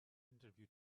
interview